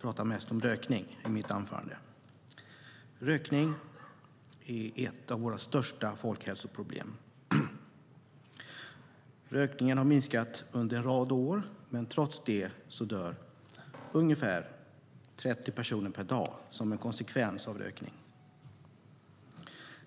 tala mest om rökning i mitt anförande. Rökning är ett av våra största folkhälsoproblem. Rökningen har minskat under en rad år, men trots det dör ungefär 30 personer per dag som en konsekvens av rökning.